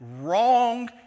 wrong